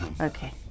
Okay